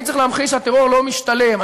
אני צריך להמחיש שהטרור לא משתלם,